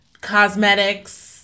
cosmetics